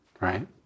right